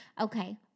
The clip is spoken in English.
okay